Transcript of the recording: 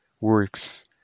works